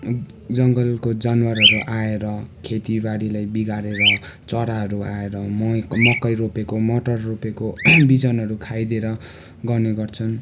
जङ्गलको जनावरहरू आएर खेतीबारीलाई बिगारेर चराहरू आएर मकै मकै रोपेको मटर रोपेको बिजनहरू खाइदिएर गर्ने गर्छन्